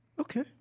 okay